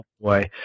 boy